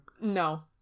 No